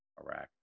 Iraq